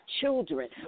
children